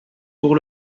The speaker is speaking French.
pour